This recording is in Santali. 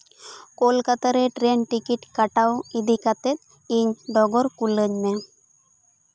ᱠᱳᱞᱠᱟᱛᱟ ᱨᱮ ᱴᱨᱮᱹᱱ ᱴᱤᱠᱤᱴ ᱠᱟᱴᱟᱣ ᱤᱫᱤ ᱠᱟᱛᱮᱫ ᱤᱧ ᱰᱚᱜᱚᱨ ᱠᱩᱞᱟᱹᱧ ᱢᱮ